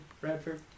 Bradford